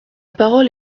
parole